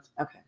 Okay